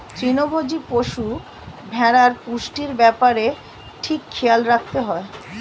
তৃণভোজী পশু, ভেড়ার পুষ্টির ব্যাপারে ঠিক খেয়াল রাখতে হয়